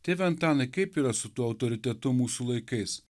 tėve antanai kaip yra su tuo autoritetu mūsų laikais